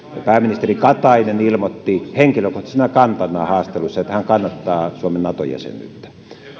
pääministeri katainen ilmoitti henkilökohtaisena kantanaan haastattelussa että hän kannattaa suomen nato jäsenyyttä